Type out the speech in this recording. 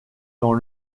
dans